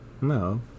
No